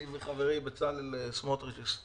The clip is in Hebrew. אני וחברי בצלאל סמוטריץ'